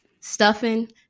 stuffing